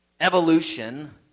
evolution